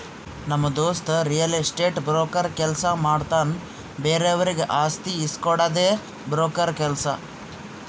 ನಮ್ ದೋಸ್ತ real estate broker ಕೆಲ್ಸ ಮಾಡ್ತಾನ್ ಬೇರೆವರಿಗ್ ಆಸ್ತಿ ಇಸ್ಕೊಡ್ಡದೆ ಬ್ರೋಕರ್ ಕೆಲ್ಸ